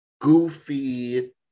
goofy